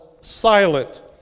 silent